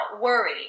worry